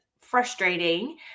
frustrating